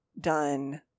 done